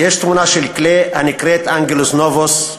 "יש תמונה של קליי, הנקראת 'אנגלוס נובוס'.